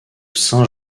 saint